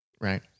right